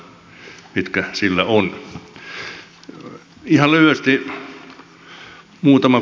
ihan lyhyesti muutama kommentti